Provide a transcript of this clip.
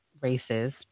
races